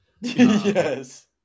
yes